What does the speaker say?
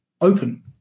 open